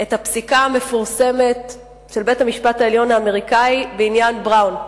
את הפסיקה המפורסמת של בית-המשפט העליון האמריקני בעניין בראון.